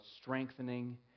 strengthening